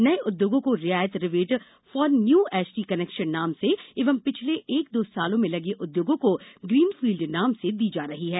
नए उद्योगों को रियायत rebate for new HT connection नाम से एवं पिछले एक दो साल में लगे उद्योगों को ग्रीन फील्ड नाम से दी जा रही है